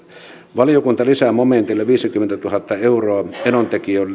valiokunta lisää momentille viisikymmentätuhatta euroa enontekiön